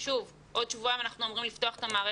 שוב עוד שבועיים אנחנו אמורים לפתוח את המערכת.